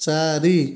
ଚାରି